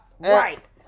Right